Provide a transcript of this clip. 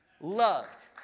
loved